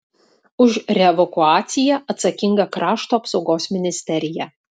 už reevakuaciją atsakinga krašto apsaugos ministerija